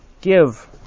give